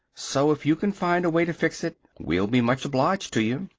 so, if you can find a way to fix it, we'll be much obliged to you.